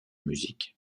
musique